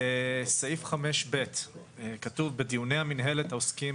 סעיף 5 (ב) כתוב: "בדיוני המינהלת העוסקים